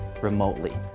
remotely